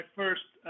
first –